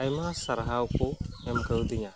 ᱟᱭᱢᱟ ᱥᱟᱨᱦᱟᱣ ᱠᱚ ᱮᱢᱠᱟᱹᱣᱫᱤᱧᱟᱹ